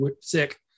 sick